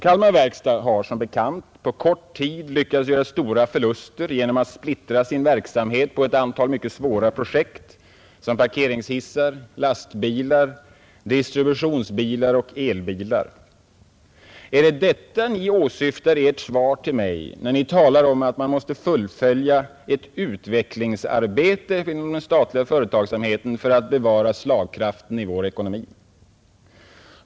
Kalmar verkstad har som bekant på kort tid lyckats göra stora förluster genom att splittra sin verksamhet på ett antal mycket svåra projekt som parkeringshissar, lastbilar, distributionsbilar och elbilar. Är det detta Ni åsyftar i Ert svar till mig när Ni talar om att man måste fullfölja ett utvecklingsarbete inom den statliga företagsamheten för att bevara slagkraften i vår ekonomi?